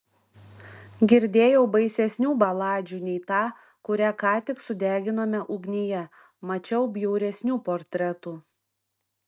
girdėjau baisesnių baladžių nei ta kurią ką tik sudeginome ugnyje mačiau bjauresnių portretų